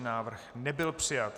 Návrh nebyl přijat.